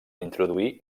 introduir